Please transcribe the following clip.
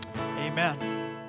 Amen